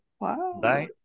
Wow